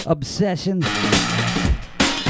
Obsession